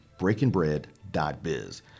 BreakingBread.biz